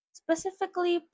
specifically